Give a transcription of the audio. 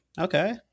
okay